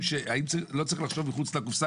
האם לא צריך לחשוב מחוץ לקופסה?